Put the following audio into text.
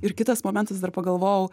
ir kitas momentas dar pagalvojau